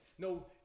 No